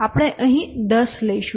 આપણે અહીં 10 લઈશું